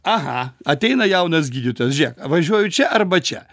aha ateina jaunas gydytojas žiūrėk važiuoju čia arba čia